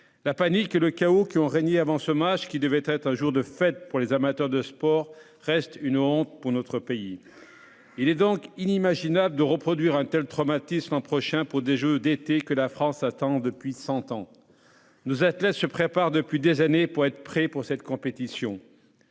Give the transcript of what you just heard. La panique et le chaos qui ont régné avant la finale de la Ligue des champions, qui devait être un jour de fête pour les amateurs de sport, sont une honte pour notre pays. Il est donc inimaginable de reproduire un tel traumatisme l'an prochain pour des Jeux d'été que la France attend depuis cent ans. Nos athlètes se préparent depuis des années afin d'être prêts pour cette compétition.